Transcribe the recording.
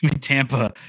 Tampa